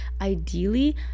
Ideally